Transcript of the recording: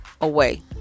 away